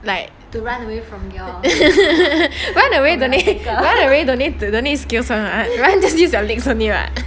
like to run away no need run away no need skills one [what] run away just use your legs only [what]